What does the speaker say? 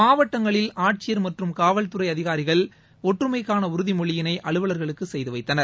மாவட்டங்களில் ஆட்சியர் மற்றும் காவல்துறை அதிகாரிகள் ஒற்றுமைக்கான உறுதி மொழியினை அலுவலர்களுக்கு செய்துவைத்தனர்